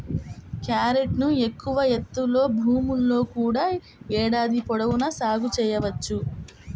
క్యారెట్ను ఎక్కువ ఎత్తులో భూముల్లో కూడా ఏడాది పొడవునా సాగు చేయవచ్చు